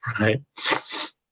right